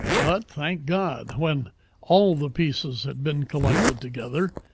but, thank god, when all the pieces had been collected together,